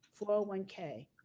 401k